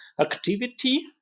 activity